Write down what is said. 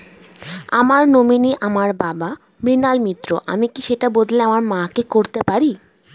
আমার নমিনি আমার বাবা, মৃণাল মিত্র, আমি কি সেটা বদলে আমার মা কে করতে পারি?